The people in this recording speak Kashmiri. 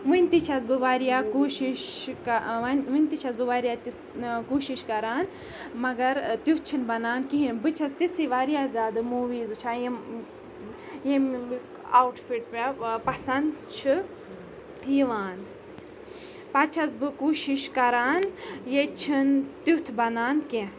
ؤنۍ تہِ چھَس بہٕ واریاہ کوٗشِش کا ؤنۍ تہِ چھَس بہٕ واریاہ تِژھ کوٗشِش کَران مگر تیُتھ چھُنہٕ بَنان کِہیٖنۍ بہٕ چھَس تِژھٕے واریاہ زیادٕ موٗویٖز وٕچھان یِم ییٚمیُک آوُٹ فِٹ مےٚ پَسَنٛد چھِ یِوان پَتہٕ چھَس بہٕ کوٗشِش کَران ییٚتہِ چھِنہٕ تیُتھ بَنان کینٛہہ